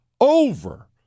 over